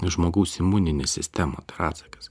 žmogaus imuninę sistemą tai yra atsakas